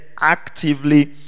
actively